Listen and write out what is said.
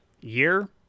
year